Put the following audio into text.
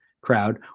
crowd